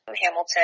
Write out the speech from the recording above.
Hamilton